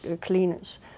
cleaners